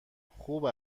خوب